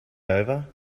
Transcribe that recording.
over